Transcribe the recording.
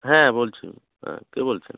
হ্যাঁ বলছি হ্যাঁ কে বলছেন